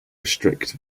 restrict